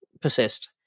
persist